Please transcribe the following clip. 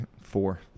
four